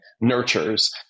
nurtures